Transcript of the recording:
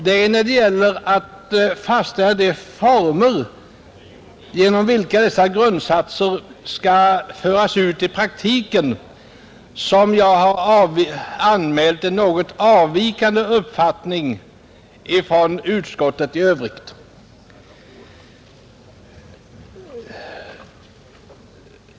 Det är när det gäller att fastställa de former i vilka dessa grundsatser skall föras ut i praktiken som jag har anmält en något avvikande uppfattning från utskottet i övrigt.